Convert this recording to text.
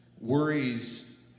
Worries